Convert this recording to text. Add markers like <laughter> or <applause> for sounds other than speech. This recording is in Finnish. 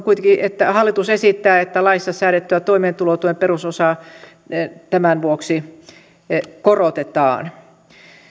<unintelligible> kuitenkin että hallitus esittää että laissa säädettyä toimeentulotuen perusosaa tämän vuoksi korotetaan